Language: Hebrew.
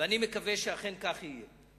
ואני מקווה שאכן כך יהיה,